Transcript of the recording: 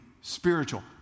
Spiritual